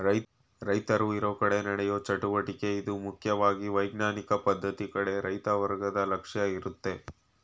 ರೈತರು ಇರೋಕಡೆ ನಡೆಯೋ ಚಟುವಟಿಕೆ ಇದು ಮುಖ್ಯವಾಗಿ ವೈಜ್ಞಾನಿಕ ಪದ್ಧತಿ ಕಡೆ ರೈತ ವರ್ಗದ ಲಕ್ಷ್ಯ ಇರುತ್ತೆ